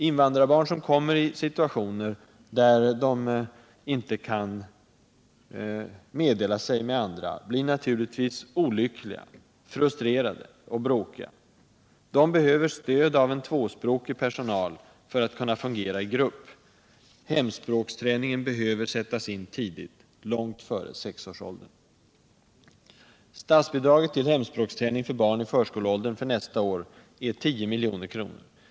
Invandrarbarn som kommer i situationer där de inte kan meddela sig med andra blir naturligtvis olyckliga, frustrerade och bråkiga. De behöver stöd av tvåspråkig personal för att kunna fungera i grupp. Hemspråksträningen behöver sättas in tidigt, långt före sexårsåldern. Statsbidraget till hemspråksträning för barn i förskoleåldern för nästa år är 10 milj.kr.